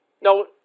No